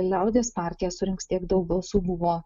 liaudies partija surinks tiek daug balsų buvo